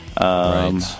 Right